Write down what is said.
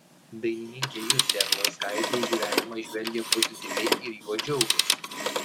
dainininkė justė arlauskaitė į gyvenimą žvelgia pozityviai ir juo džiaugiasi